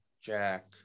Jack